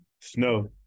snow